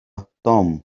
توم